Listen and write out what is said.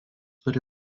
turi